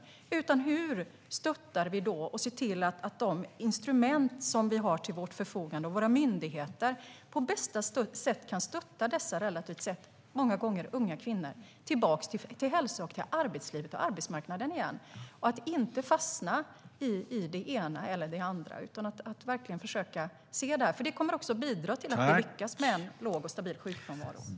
Vi ska i stället diskutera hur vi kan stötta och se till att de instrument som vi har till vårt förfogande och våra myndigheter på bästa sätt kan stötta dessa många gånger relativt unga kvinnor tillbaka till hälsa och till arbetslivet och arbetsmarknaden igen, så att de inte fastnar i det ena eller det andra. Det kommer också att bidra till att vi lyckas med att få en låg och stabil sjukfrånvaro.